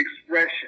expression